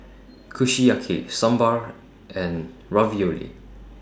Kushiyaki Sambar and Ravioli